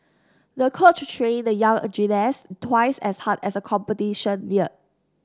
the coach trained the young gymnast twice as hard as the competition neared